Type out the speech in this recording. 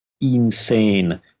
insane